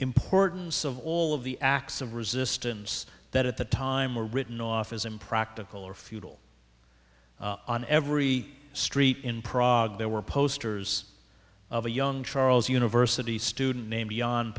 importance of all of the acts of resistance that at the time were written off as impractical or futile on every street in prague there were posters of a young charles university student named beyond